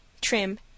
trim